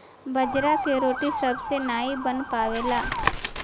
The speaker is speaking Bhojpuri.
बाजरा के रोटी सबसे नाई बन पावेला